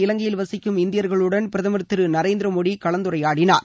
இலங்கையில் வசிக்கும் இந்தியர்களுடன் பிரதமர் திரு நரேந்திர மோடி கலந்துரையானடிார்